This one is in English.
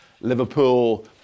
Liverpool